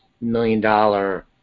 million-dollar